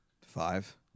Five